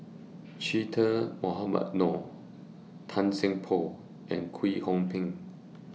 Che Dah Mohamed Noor Tan Seng Poh and Kwek Hong Png